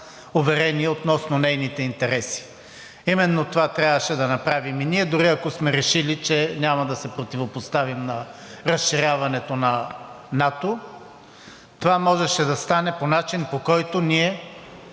уверения относно нейните интереси. Именно това трябваше да направим и ние дори ако сме решили, че няма да се противопоставим на разширяването на НАТО. Това можеше да стане по начин, по който ние